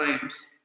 times